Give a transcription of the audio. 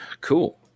Cool